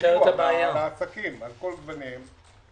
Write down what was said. העסקים על כל גווניהם.